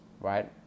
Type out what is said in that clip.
right